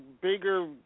bigger